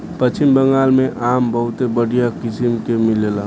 पश्चिम बंगाल में आम बहुते बढ़िया किसिम के मिलेला